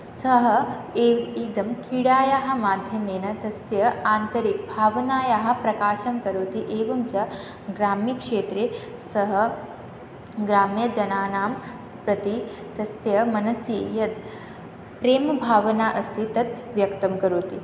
सः ए इदं क्रीडायाः माध्यमेन तस्य आन्तरिकभावनायाः प्रकाशं करोति एवं च ग्राम्यक्षेत्रे सह ग्राम्य जनानां प्रति तस्य मनसि यद् प्रेमभावना अस्ति तत् व्यक्तं करोति